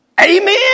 Amen